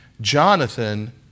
Jonathan